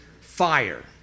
fire